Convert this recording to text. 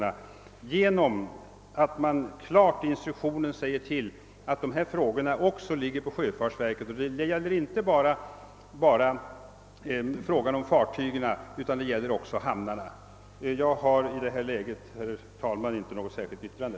Man skall klart säga ifrån i instruktionen att sjöfartsverket även skall ha hand om dessa ärenden, inte bara fartygsfrågor utan även sådant som rör hamnarna. Herr talman! Jag har i frågans nuvarande läge inte något särskilt yrkande.